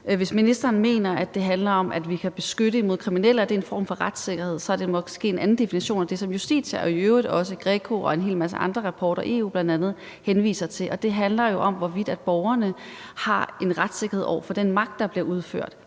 Hvis ministeren mener, at det handler om, at vi kan beskytte imod kriminelle, altså at det er en form for retssikkerhed, er det måske en anden definition end den, som Justitia har – og i øvrigt også GRECO og en hel masse andre rapporter, som EU bl.a. henviser til. Det handler jo om, hvorvidt borgerne har en retssikkerhed over for den magt, der bliver udført.